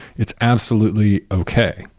it's absolutely okay,